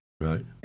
Right